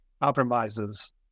compromises